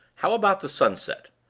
how about the sunset?